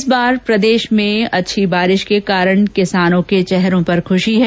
इस बार प्रदेश में अच्छी बारिश के कारण किसानों के चेहरों पर खुशी है